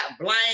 blame